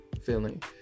feeling